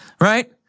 Right